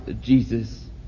Jesus